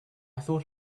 thought